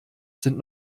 sind